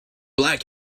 black